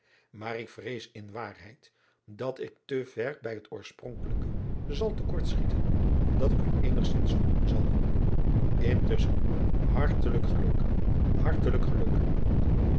aar ik vrees in waarheid dat ik te ver bij het oorspronkelijke zal te kort schieten dat ik u eenigzins voldoen zal ntusschen hartelijk geluk hartelijk geluk